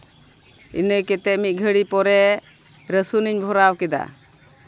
ᱤᱱᱟᱹ ᱠᱟᱛᱮᱫ ᱢᱤᱫ ᱜᱷᱟᱹᱲᱤ ᱯᱚᱨᱮ ᱨᱟᱹᱥᱩᱱ ᱤᱧ ᱵᱷᱚᱨᱟᱣ ᱠᱮᱫᱟ